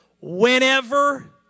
Whenever